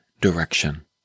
direction